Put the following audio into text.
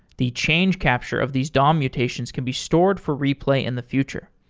the change capture of these dom mutations can be stored for replay in the future.